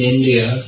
India